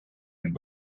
and